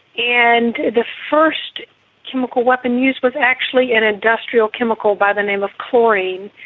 and the first chemical weapon use was actually an industrial chemical by the name of chlorine,